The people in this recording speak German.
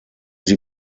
sie